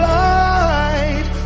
light